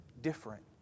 different